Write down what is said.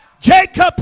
Jacob